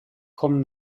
kommen